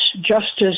justice